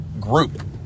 group